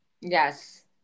Yes